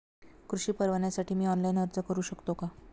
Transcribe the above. कृषी परवान्यासाठी मी ऑनलाइन अर्ज करू शकतो का?